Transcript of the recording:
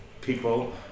people